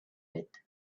bit